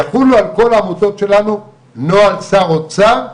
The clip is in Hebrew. יחול על כל העמותות שלנו נוהל שר אוצר,